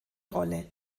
rolle